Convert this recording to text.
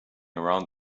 around